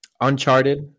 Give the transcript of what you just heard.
Uncharted